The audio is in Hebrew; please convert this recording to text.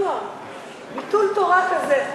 ביטול תורה כזה,